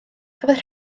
cafodd